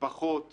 פחות כואב,